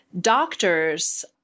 doctors-